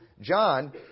John